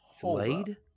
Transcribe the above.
Flayed